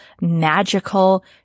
magical